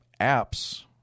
apps